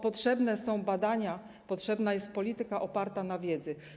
Potrzebne są badania, potrzebna jest polityka oparta na wiedzy.